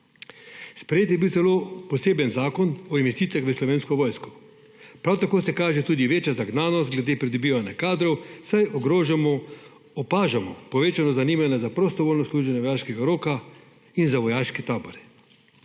Sprejet je bil celo poseben zakon o investicijah v Slovensko vojsko, prav tako se kaže tudi večja zagnanost glede pridobivanja kadrov, saj opažamo povečano zanimanje za prostovoljno služenje vojaškega roka in za vojaške tabore. Nihče